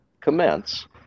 commence